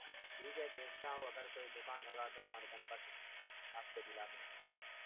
ٹھیک ہے دیکھتا ہوں اگر کوئی دکان ہوگا تو ہمارے سمپرک آپ کو دلا دیں گے